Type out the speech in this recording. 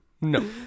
No